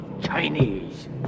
chinese